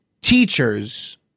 teachers